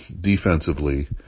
defensively